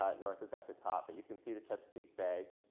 ah north is at the top. but you can see the chesapeake bay,